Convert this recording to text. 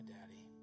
Daddy